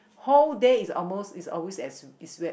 whole days almost is always as is wet